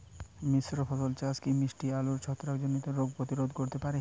মিশ্র ফসল চাষ কি মিষ্টি আলুর ছত্রাকজনিত রোগ প্রতিরোধ করতে পারে?